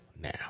now